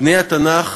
פני התנ"ך